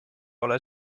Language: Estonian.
ole